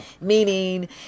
meaning